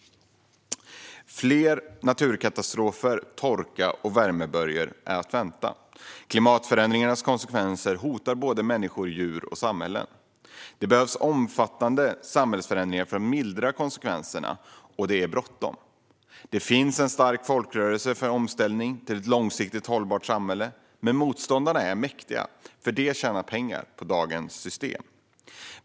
Fler naturkatastrofer, torka och värmeböljor är att vänta. Klimatförändringarnas konsekvenser hotar både människor, djur och samhällen. Det behövs omfattande samhällsförändringar för att mildra konsekvenserna, och det är bråttom. Det finns en stark folkrörelse för en omställning till ett långsiktigt hållbart samhälle, men motståndarna, som tjänar pengar på dagens system, är mäktiga.